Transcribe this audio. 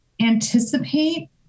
anticipate